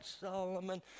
Solomon